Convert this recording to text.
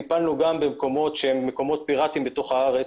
טיפלנו גם במקומות שהם מקומות פירטיים בתוך הארץ,